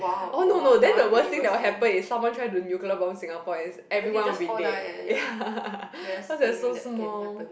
oh no no then the worst thing that will happen is someone try to nuclear bomb Singapore is everyone will be dead ya cause we are so small